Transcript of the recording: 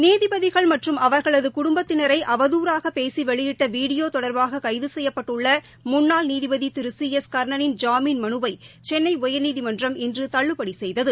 நீதிபதிகள் மற்றும் அவர்களது குடும்பத்தினரை அவதுறாக பேசி வெளியிட்ட வீடியோ தொடர்பாக கைது செய்யப்பட்டுள்ள முன்னாள் நீதிபதி திரு சி எஸ் காணவின் ஜாமீன் மனுவை சென்னை உயா்நீதிமன்றம் இன்று தள்ளுபடி செய்தது